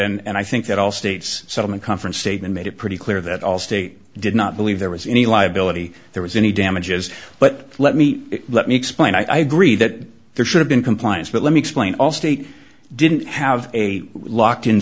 it and i think that all states settlement conference statement made it pretty clear that allstate did not believe there was any liability there was any damages but let me let me explain i gree that there should have been compliance but let me explain allstate didn't have a locked in